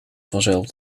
vanzelf